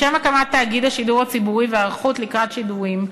לשם הקמת תאגיד השידור הציבורי וההיערכות לקראת שידורים,